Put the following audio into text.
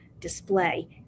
display